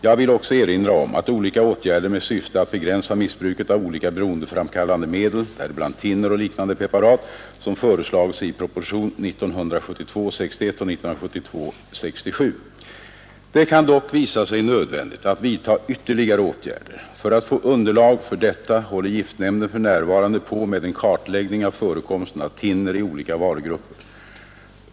Jag vill också erinra om de olika åtgärder med syfte att begränsa missbruket av olika beroendeframkallande medel, däribland thinner och liknande preparat, som föreslagits i propositionerna 61 och 67 år 1972. Det kan dock visa sig nödvändigt att vidta ytterligare åtgärder. För att få underlag för detta håller giftnämnden för närvarande på med en kartläggning av förekomsten av thinner i olika varugrupper.